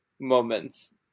moments